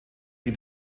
die